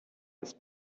ist